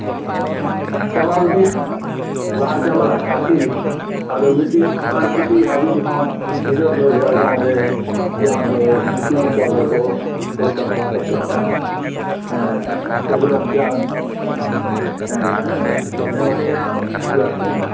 ᱪᱟᱞᱟᱣ ᱤᱫᱤᱭᱮᱫ ᱞᱟᱦᱟ ᱪᱟᱞᱟᱜ ᱠᱷᱟᱹᱛᱤᱨ ᱟᱫᱚ ᱢᱤᱫᱴᱤᱡ ᱤᱭᱩᱱᱤᱵᱷᱟᱨᱥᱤᱴᱤ ᱫᱷᱟᱹᱵᱤᱡ ᱦᱚᱸ ᱱᱤᱛᱳᱜ ᱫᱚ ᱡᱷᱟᱲᱜᱨᱟᱢ ᱨᱮ ᱡᱟᱦᱟᱸ ᱫᱚ ᱧᱩᱛᱩᱢᱟᱠᱟᱫᱟᱠᱚ ᱥᱚᱨᱠᱟᱨ ᱯᱟᱦᱴᱟ ᱥᱮᱫ ᱠᱷᱚᱱ ᱥᱟᱹᱫᱷᱩ ᱨᱟᱢᱪᱟᱸᱫᱽ ᱢᱮᱢᱳᱨᱤᱭᱟᱞ ᱤᱭᱩᱱᱤᱵᱷᱟᱨᱥᱤᱴᱤ